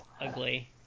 ugly